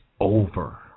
over